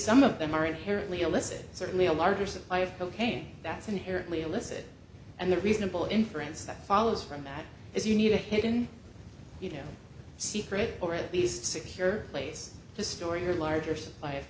some of them are inherently illicit certainly a larger supply of cocaine that's inherently illicit and the reasonable inference that follows from that is you need a hidden you know secret or at least secure place to store your larger suppl